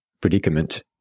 predicament